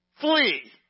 flee